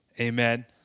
Amen